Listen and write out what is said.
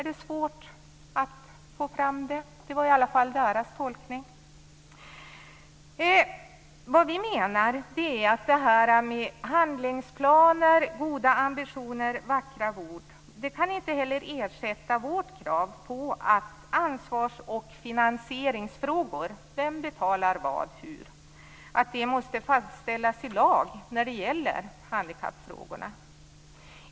Detta med handlingsplaner, goda ambitioner och vackra ord kan inte heller ersätta vårt krav när det gäller ansvars och finansieringsfrågor - vem betalar vad och hur? Ansvaret för handikappfrågorna måste fastställas i lag.